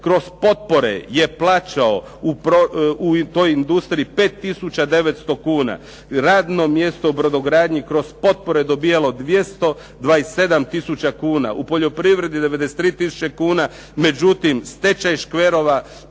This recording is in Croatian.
kroz potpore je plaćao u toj industriji 5 tisuća 900 kuna. Radno mjesto u brodogradnji kroz potpore dobijalo je 227 tisuća kuna, u poljoprivredi 93 tisuće kuna. Međutim, stečaj škverova